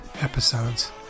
episodes